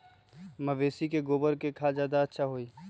मवेसी के गोबर के खाद ज्यादा अच्छा होई?